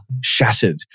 shattered